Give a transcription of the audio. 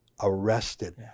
arrested